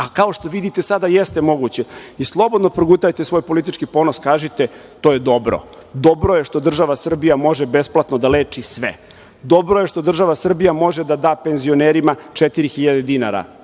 a kao što vidite sada jeste moguće i slobodno progutajte svoje politički ponos i kažite - to je dobro. Dobro je što država Srbija može besplatno da leči sve. Dobro je što država Srbija može da da penzionerima 4.000 dinara.